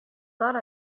thought